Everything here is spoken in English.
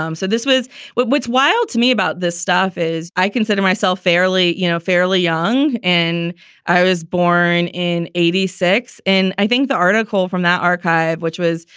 um so this was what's wild to me about this stuff is i consider myself fairly, you know, fairly young. and i was born in eighty six. and i think the article from that archive, which was.